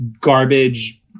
garbage